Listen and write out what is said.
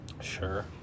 Sure